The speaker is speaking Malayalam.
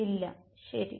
ഇല്ല ശരി